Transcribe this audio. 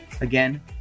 Again